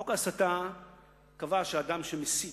חוק ההסתה קבע שאדם שמסית,